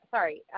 Sorry